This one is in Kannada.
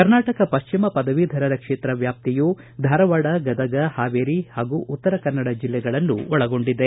ಕರ್ನಾಟಕ ಪಶ್ಚಿಮ ಪದವೀಧರರ ಕ್ಷೇತ್ರ ವ್ಯಾಪ್ತಿಯು ಧಾರವಾಡ ಗದಗ ಹಾವೇರಿ ಹಾಗೂ ಉತ್ತರಕನ್ನಡ ಕಾರವಾರ ಜಿಲ್ಲೆಗಳನ್ನು ಒಳಗೊಂಡಿದೆ